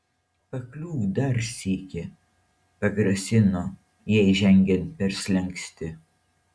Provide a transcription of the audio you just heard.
pakliūk dar sykį pagrasino jai žengiant per slenkstį